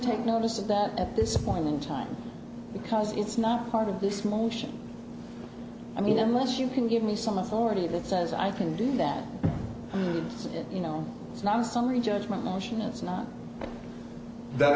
take notice of that at this point in time because it's not part of this motion i mean unless you can give me some authority that says i can do that you know it's not a summary judgment motion it's not